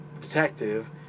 detective